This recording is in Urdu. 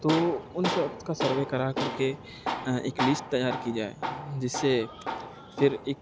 تو اُن سب کا سروے کرا کر کے ایک لسٹ تیار کی جائے جس سے پھر اک